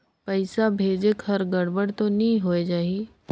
पइसा भेजेक हर गड़बड़ तो नि होए जाही?